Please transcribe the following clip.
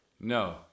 No